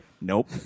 nope